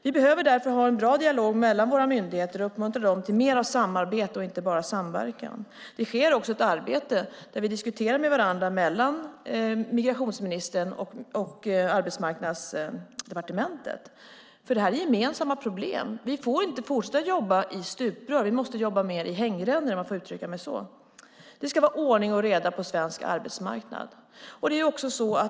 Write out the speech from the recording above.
Vi behöver därför ha en bra dialog mellan våra myndigheter och uppmuntra dem till mer av samarbete och inte bara samverkan. Det sker också ett arbete och förs en diskussion mellan migrationsministern och Arbetsmarknadsdepartementet. Detta är nämligen gemensamma problem. Vi får inte fortsätta jobba i stuprör, vi måste jobba mer i hängrännor, om jag får uttrycka mig så. Det ska vara ordning och reda på svensk arbetsmarknad.